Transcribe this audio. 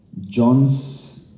John's